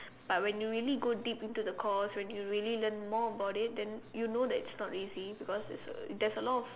but when you really go deep into the course when you really learn more about it then you know that it's not easy because there's uh there's a lot of